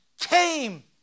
came